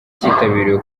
kitabiriwe